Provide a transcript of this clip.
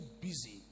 busy